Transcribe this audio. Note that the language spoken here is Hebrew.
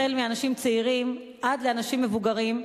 החל מאנשים צעירים עד לאנשים מבוגרים,